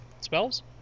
spells